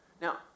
Now